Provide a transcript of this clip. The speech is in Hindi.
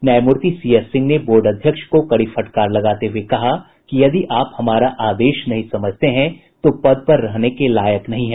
न्यायमूर्ति सी एस सिंह ने बोर्ड अध्यक्ष को कड़ी फटकार लगाते हुये कहा कि यदि आप हमारा आदेश नहीं समझते हैं तो पद पर रहने के लायक नहीं हैं